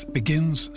begins